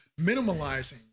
minimalizing